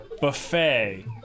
Buffet